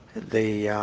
they